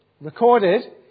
recorded